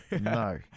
No